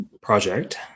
project